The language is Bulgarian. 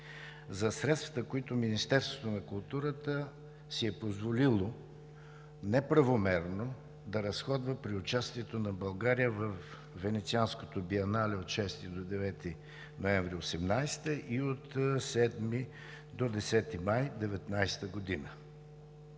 за средствата, които Министерството на културата си е позволило неправомерно да разходва при участието на България във Венецианското биенале от 6 до 9 ноември 2018 г. и от 7 до 10 май 2019 г.